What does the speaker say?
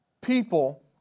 People